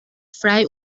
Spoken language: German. frei